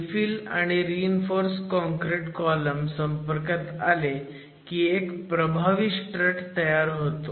infill आणि reinforce concrete column संपर्कात आले की एक प्रभावी स्ट्रट तयार होतो